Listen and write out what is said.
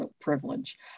privilege